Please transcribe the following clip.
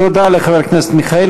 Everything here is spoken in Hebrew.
תודה לחבר הכנסת מיכאלי.